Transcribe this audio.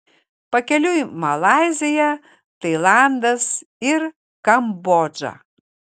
pakeliui malaizija tailandas ir kambodža